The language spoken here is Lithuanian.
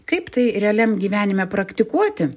kaip tai realiam gyvenime praktikuoti